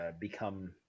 become